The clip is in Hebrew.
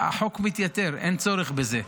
החוק מתייתר, אין צורך בזה.